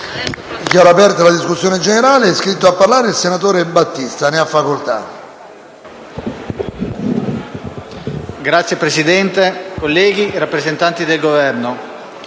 Signor Presidente, colleghi, rappresentanti del Governo,